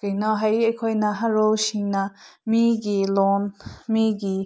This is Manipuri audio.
ꯀꯩꯅꯣ ꯍꯥꯏꯌꯦ ꯑꯩꯈꯣꯏ ꯅꯍꯥꯔꯣꯜꯁꯤꯡꯅ ꯃꯤꯒꯤ ꯂꯣꯟ ꯃꯤꯒꯤ